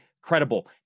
credible